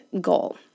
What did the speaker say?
goal